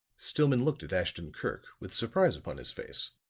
stillman looked at ashton-kirk, with surprise upon his face.